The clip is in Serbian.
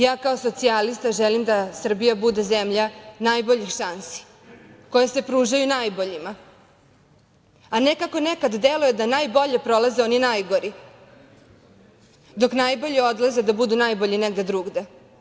Ja kao socijalista želim da Srbija bude zemlja najboljih šansi, koje se pružaju najboljima, a ne, kako nekada deluje, da najbolje prolaze oni najgori, dok najbolji odlaze da budu najbolji negde drugde.